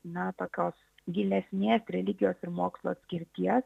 na tokios gilesnės religijos ir mokslo atskirties